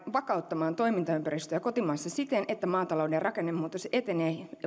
vakauttamaan toimintaympäristöä kotimaassa siten että maatalouden rakennemuutos etenee